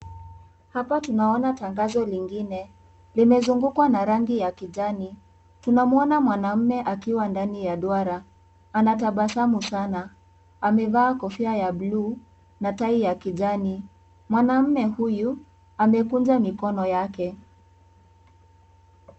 Hapa tunaona tangazo lingine limezungukwa na rangi ya kijani . Tunamwona mwanaume akiwa ndani ya duara anatabasamu sana amevaa kofia ya blu na tai ya kijani . Mwanaume huyu amekunja mikono yake.